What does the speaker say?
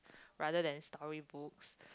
rather than storybooks